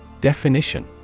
Definition